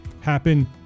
happen